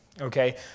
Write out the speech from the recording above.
Okay